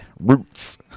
roots